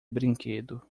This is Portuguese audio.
brinquedo